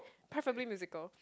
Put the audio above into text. preferably musical